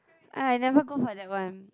I never go for that one